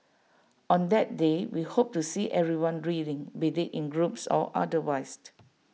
on that day we hope to see everyone reading be IT in groups or otherwise